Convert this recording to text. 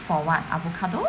for what avocado